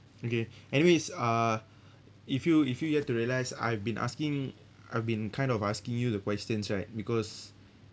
okay anyway it's uh if you if you you have to realise I've been asking I've been kind of asking you the questions right because